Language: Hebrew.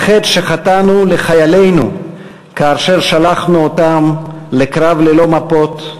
על חטא שחטאנו לחיילינו כאשר שלחנו אותם לקרב ללא מפות,